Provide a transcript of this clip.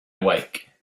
awake